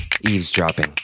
Eavesdropping